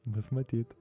bus matyt